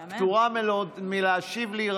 את פטורה מלהשיב לי,